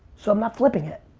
so i'm not flipping it.